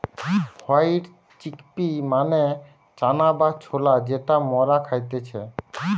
white chickpea মানে চানা বা ছোলা যেটা মরা খাইতেছে